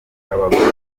abagore